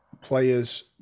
players